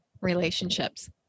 relationships